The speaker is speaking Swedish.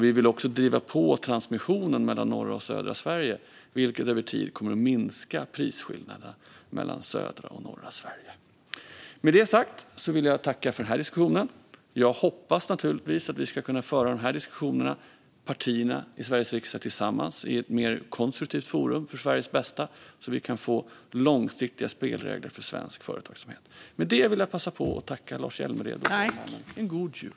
Vi vill också driva på transmissionen mellan norra och södra Sverige, vilket över tid kommer att minska prisskillnaden mellan södra och norra Sverige. Med det sagt vill jag tacka för diskussionen. Jag hoppas naturligtvis att vi ska kunna föra de här diskussionerna tillsammans mellan partierna i Sveriges riksdag i ett mer konstruktivt forum för Sveriges bästa så att vi kan få långsiktiga spelregler för svensk företagsamhet. Jag passar på att önska Lars Hjälmered och fru talmannen en god jul.